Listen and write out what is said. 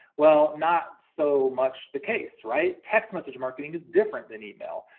well, not so much the case, right? text message marketing is different than email.